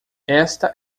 esta